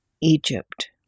Egypt